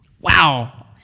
Wow